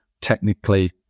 technically